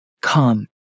come